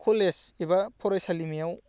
college एबा फरायसालिमायाव